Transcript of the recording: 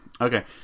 okay